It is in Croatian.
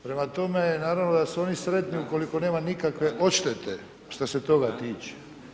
Prema tome, naravno da su oni sretni ukoliko nema nikakve odštete što se toga tiče.